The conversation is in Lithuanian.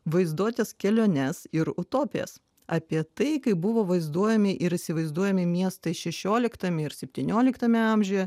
vaizduotės keliones ir utopijas apie tai kaip buvo vaizduojami ir įsivaizduojami miestai šešioliktame ir septynioliktame amžiuje